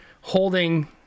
holding